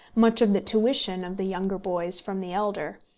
much of the tuition of the younger boys from the elder,